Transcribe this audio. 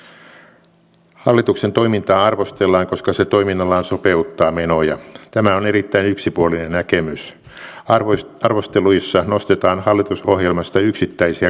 kolmas asia josta oikeastaan en sano että se minua ilahdutti että se nousi keskustelussa esiin oli nimenomaan tämä lähisuhdeväkivalta